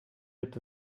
gibt